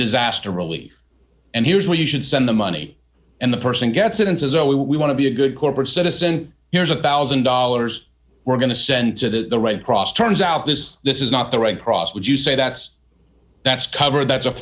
disaster relief and here's where you should send the money and the person gets it and says oh we want to be a good corporate citizen here's a bows and dollars we're going to send to the red cross turns out this this is not the red cross would you say that's that's cover